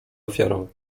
ofiarą